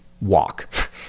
walk